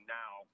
now